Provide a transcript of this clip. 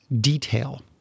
Detail